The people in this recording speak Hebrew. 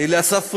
לאסף פרידמן,